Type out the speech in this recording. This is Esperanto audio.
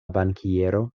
bankiero